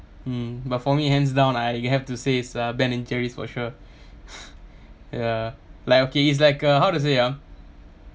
mm but for me hands down I you have to say it's a ben and jerry's for sure ya like okay it's like uh how to say ah